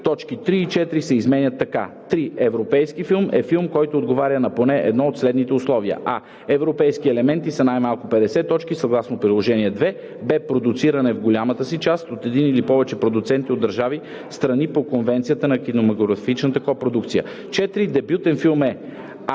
Точки 3 и 4 се изменят така: „3. „Европейски филм“ е филм, който отговаря на поне едно от следните условия: а) европейските елементи са най-малко 50 точки съгласно приложение № 2; б) продуциран е в по-голямата си част от един или повече продуценти от държави – страни по Конвенцията за кинематографичната копродукция. 4. „Дебютен филм“ е: